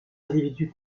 individus